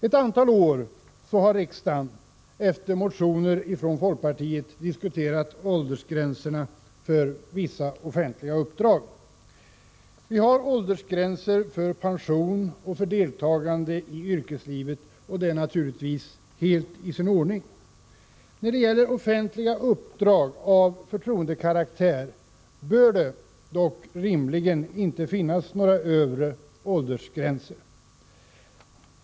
Ett antal år har riksdagen efter motioner från folkpartiet diskuterat åldersgränserna för vissa offentliga uppdrag. Vi har åldersgränser för pension och för deltagande i yrkeslivet. Detta är givetvis helt i sin ordning. När det gäller offentliga uppdrag av förtroendekaraktär bör det dock rimligen inte finnas några övre åldersgränser.